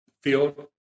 field